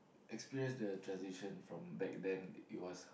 experience the transition from back then it was